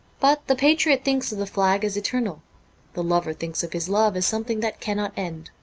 but the patriot thinks of the flag as eternal the lover thinks of his love as something that cannot end.